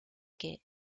que